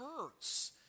hurts